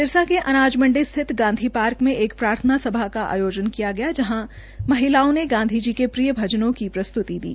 सिरसा के अनाज मंडी स्थित गांधी पार्क में एक प्रार्थना सभा का अयोजन किया गया जहां महिलाओं ने गांधी जी के प्रिय भजनों की पुस्तुति दी